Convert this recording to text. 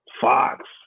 Fox